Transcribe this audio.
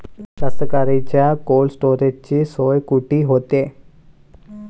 कास्तकाराइच्या कोल्ड स्टोरेजची सोय कुटी होते?